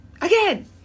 again